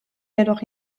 jedoch